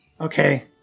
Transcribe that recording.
Okay